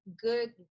good